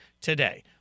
today